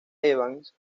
evans